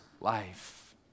life